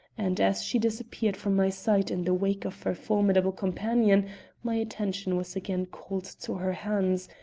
and as she disappeared from my sight in the wake of her formidable companion my attention was again called to her hands,